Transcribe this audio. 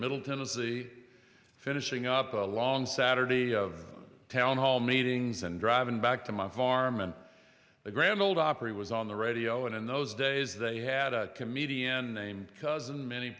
middle tennessee finishing up a long saturday of town hall meetings and driving back to my farm and the grand old opry was on the radio and in those days they had a comedian named cousin many